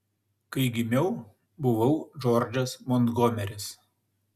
kai gimiau buvau džordžas montgomeris